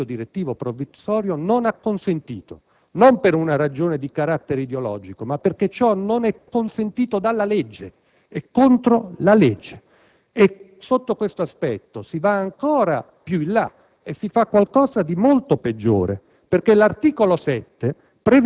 consiglio direttivo provvisorio, non ha consentito, non per una ragione di carattere ideologico, ma perché ciò non è permesso dalla legge. È contro la legge. Sotto questo aspetto si va ancora più in là e si fa qualcosa di ancora più grave, perché l'articolo 7